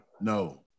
No